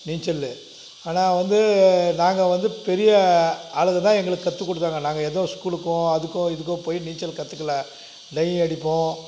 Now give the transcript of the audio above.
நீச்சல் ஆனால் வந்து நாங்கள் வந்து பெரிய ஆளுங்க தான் எங்களுக்கு கற்றுக் கொடுத்தாங்க நாங்கள் எதுவும் ஸ்கூலுக்கோ அதுக்கோ இதுக்கோ போய் நீச்சல் கற்றுக்கல டைவ் அடிப்போம்